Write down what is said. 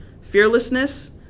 fearlessness